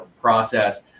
process